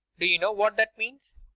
do you know what that means?